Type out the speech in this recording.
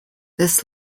this